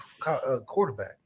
quarterback